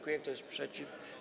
Kto jest przeciw?